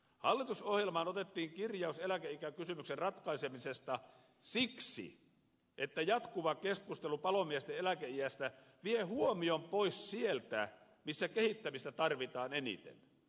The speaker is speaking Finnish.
hallitusohjelmaan otettiin kirjaus eläkeikäkysymyksen ratkaisemisesta siksi että jatkuva keskustelu palomiesten eläkeiästä vie huomion pois sieltä missä kehittämistä tarvitaan eniten